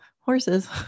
horses